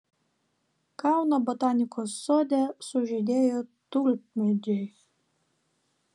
kauno botanikos sode sužydėjo tulpmedžiai